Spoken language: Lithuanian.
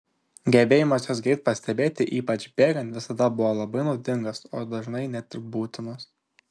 gebėjimas juos greitai pastebėti ypač bėgant visada buvo labai naudingas o dažnai net ir būtinas